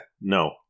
No